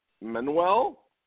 Manuel